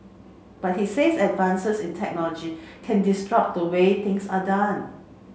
but he says advances in technology can disrupt the way things are done